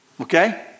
okay